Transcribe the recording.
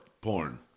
porn